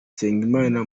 nsengimana